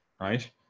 right